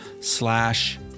slash